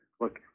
look